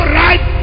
right